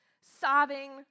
Sobbing